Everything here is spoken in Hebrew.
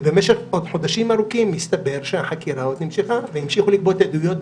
ובמשך חודשים ארוכים הסתבר שהחקירה עוד נמשכה והמשיכו לגבות עדויות,